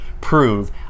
prove